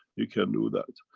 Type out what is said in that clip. you can do that.